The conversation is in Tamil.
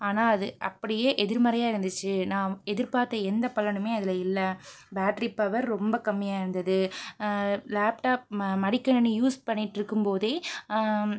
ஆனால் அது அப்படியே எதிர்மறையாக இருந்துச்சு நான் எதிர்பார்த்த எந்த பலனுமே அதில் இல்லை பேட்ரி பவர் ரொம்ப கம்மியாக இருந்தது லேப்டாப் ம மடிக்கணினி யூஸ் பண்ணிட்டுருக்கும் போதே